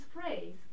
phrase